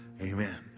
Amen